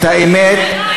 את האמת.